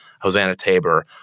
Hosanna-Tabor